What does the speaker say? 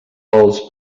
els